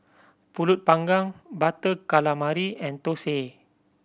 Pulut Panggang Butter Calamari and thosai